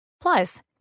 Plus